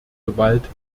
gewalt